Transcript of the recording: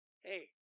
Hey